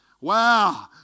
Wow